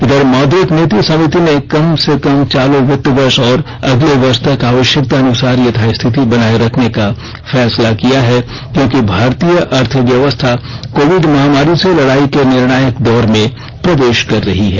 इधर मौद्रिक नीति समिति ने कम से कम चालू वित्तवर्ष और अगले वर्ष तक आवश्यकतानुसार यथास्थिति बनाए रखने का फैसला किया है क्योंकि भारतीय अर्थव्यव्सथा कोविड महामारी से लड़ाई के निर्णायक दौर में प्रवेश कर रही है